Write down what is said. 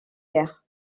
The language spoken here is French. guerre